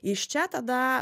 iš čia tada